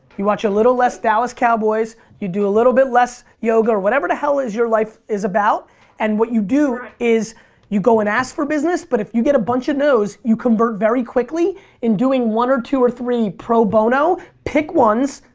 you watch a little less dallas cowboys. you do a little bit less yoga or whatever the hell your life is about and what you do is you go and ask for business but if you get a bunch of no's you convert very quickly in doing one or two or three pro bono. pick ones,